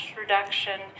reduction